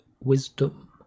wisdom